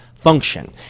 function